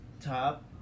top